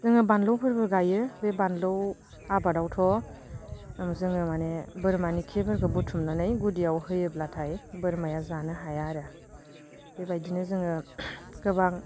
जोङो बानलुफोरबो गायो बे बानलु आबादावथ' जोङो माने बोरमानि खिफोरखौ बुथुमनानै गुदियाव होयोब्लाथाय बोरमाया जानो हाया आरो बेबायदिनो जोङो गोबां